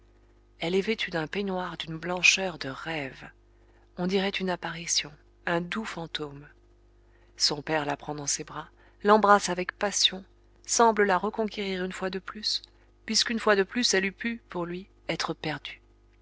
elle est vêtue d'un peignoir d'une blancheur de rêve on dirait une apparition un doux fantôme son père la prend dans ses bras l'embrasse avec passion semble la reconquérir une fois de plus puisqu'une fois de plus elle eût pu pour lui être perdue